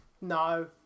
No